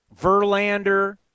Verlander